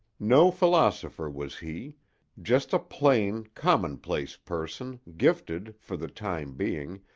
no philosopher was he just a plain, commonplace person gifted, for the time being,